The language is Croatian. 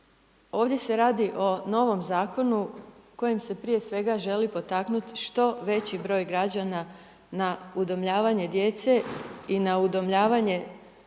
ovdje se radi o novom Zakonu kojim se prije svega želi potaknuti što veći broj građana na udomljavanja djece i na udomljavanje